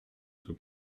tout